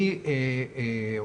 אולי עוד כמה דברים להוסיף בנושא,